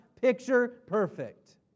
picture-perfect